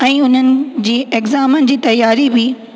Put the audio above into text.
ऐं उन्हनि जी एग्जाम जी तैयारी बि